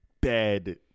bad